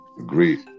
Agreed